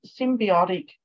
symbiotic